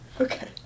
Okay